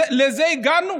לזה הגענו?